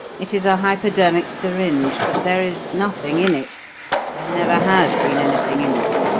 it is a hypodermic syringe, but there is nothing in it there never has been anything in it.